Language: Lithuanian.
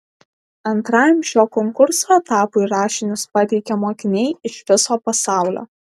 antrajam šio konkurso etapui rašinius pateikia mokiniai iš viso pasaulio